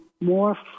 more